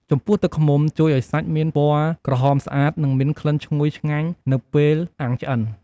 ចំពោះទឹកឃ្មុំជួយឱ្យសាច់មានពណ៌ក្រហមស្អាត និងមានក្លិនឈ្ងុយឆ្ងាញ់នៅពេលអាំងឆ្អិន។